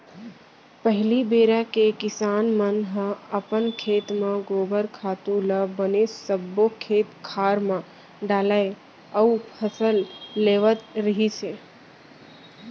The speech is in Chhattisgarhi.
पहिली बेरा के किसान मन ह अपन खेत म गोबर खातू ल बने सब्बो खेत खार म डालय अउ फसल लेवत रिहिस हे